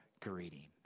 greeting